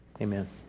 Amen